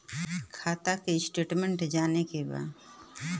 खाता के स्टेटमेंट जाने के बा?